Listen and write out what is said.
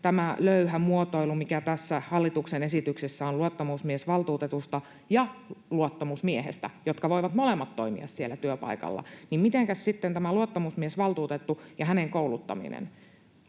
tämä löyhä muotoilu, mikä tässä hallituksen esityksessä on luottamusmiesvaltuutetusta ja luottamusmiehestä, jotka voivat molemmat toimia siellä työpaikalla, niin mitenkäs sitten on tämän luottamusmiesvaltuutetun ja hänen kouluttamisensa